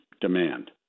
demand